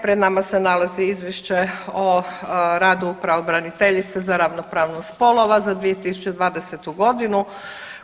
Pred nama se nalazi izvješće o radu pravobraniteljice za ravnopravnost spolova za 2020.g.